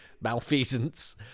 malfeasance